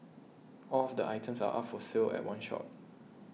all of the items are up for sale at one shot